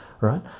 right